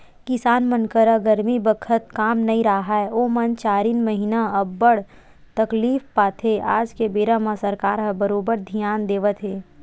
किसान मन करा गरमी बखत काम नइ राहय ओमन चारिन महिना अब्बड़ तकलीफ पाथे आज के बेरा म सरकार ह बरोबर धियान देवत हे